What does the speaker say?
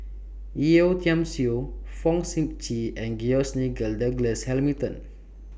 Yeo Tiam Siew Fong Sip Chee and George Nigel Douglas Hamilton